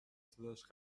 صداش